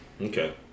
Okay